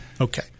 Okay